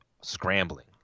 scrambling